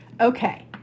okay